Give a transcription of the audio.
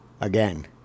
again